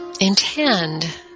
intend